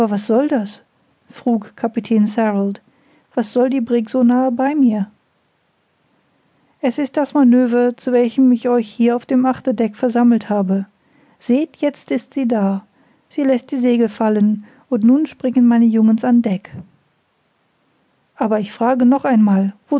was soll das frug kapitän sarald was soll die brigg so nahe bei mir es ist das maneuvre zu welchem ich euch hier auf dem achterdeck versammelt habe seht jetzt ist sie da sie läßt das segel fallen und nun springen meine jungens an deck aber ich frage noch einmal